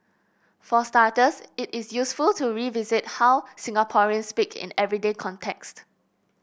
for starters it is useful to revisit how Singaporeans speak in everyday context